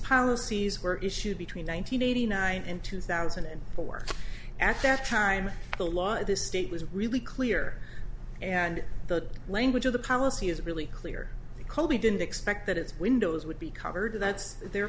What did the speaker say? policies were issued between one nine hundred eighty nine and two thousand and four at that time the law in this state was really clear and the language of the policy is really clear kobe didn't expect that its windows would be covered that's their